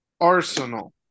Arsenal